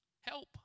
help